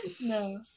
No